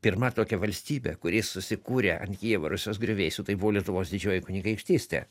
pirma tokia valstybė kuri susikūrė ant kijevo rusios griuvėsių tai buvo lietuvos didžioji kunigaikštystė